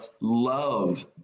love